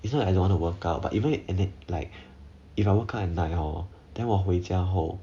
it's not I don't want to work out but even in it like if I workout at night hor then 我回家后